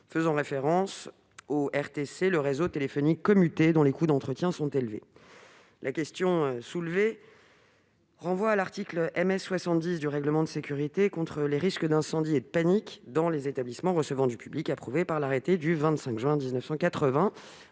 faisant référence au réseau téléphonique commuté (RTC), dont les coûts d'entretien sont élevés. Votre question renvoie à l'article MS 70 du règlement de sécurité contre les risques d'incendie et de panique dans les établissements recevant du public, approuvé par l'arrêté du 25 juin 1980.